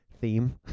theme